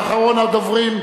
ואחרון הדוברים,